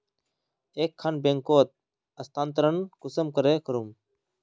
एक खान बैंकोत स्थानंतरण कुंसम करे करूम?